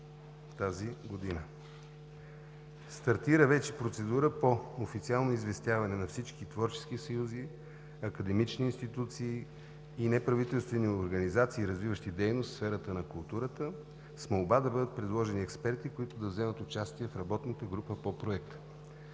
Стартира вече процедура по официално известяване на всички творчески съюзи, академични институции и неправителствени организации, развиващи дейност в сферата на културата, с молба да бъдат предложени експерти, които да вземат участие в работната група по проекта.